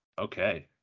Okay